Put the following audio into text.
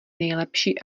nejlepší